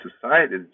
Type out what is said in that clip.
society